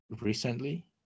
recently